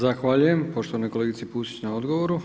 Zahvaljujem poštovanoj kolegici Pusić na odgovoru.